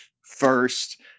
first